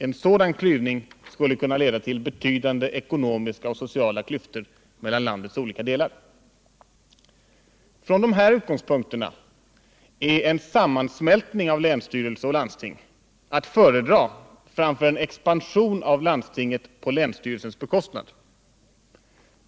En sådan klyvning skulle kunna leda till betydande ekonomiska och sociala klyftor mellan landets olika delar. Från dessa utgångspunkter är en sammansmältning av länsstyrelse och landsting att föredra framför en expansion av landstinget på länsstyrelsens bekostnad.